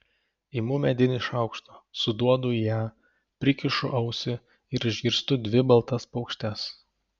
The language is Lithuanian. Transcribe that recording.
imu medinį šaukštą suduodu į ją prikišu ausį ir išgirstu dvi baltas paukštes